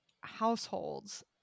households